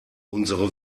unsere